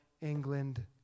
England